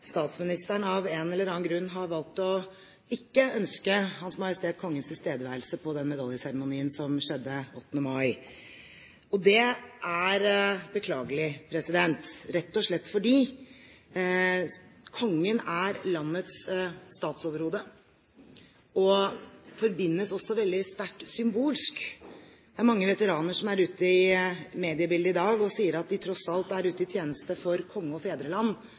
statsministeren av en eller annen grunn har valgt ikke å ønske Hans Majestet Kongens tilstedeværelse på den medaljeseremonien som skjedde 8. mai. Det er beklagelig – rett og slett fordi kongen er landets statsoverhode, og forbindes veldig sterkt med symbolikk. Mange veteraner som er ute i mediebildet i dag, sier at de tross alt er ute i tjeneste for konge og fedreland,